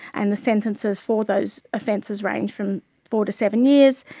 and the sentences for those offences range from four to seven years.